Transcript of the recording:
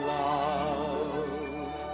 love